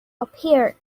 appeared